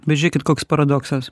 bet žiūrėkit koks paradoksas